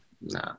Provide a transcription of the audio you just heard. No